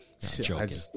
Joking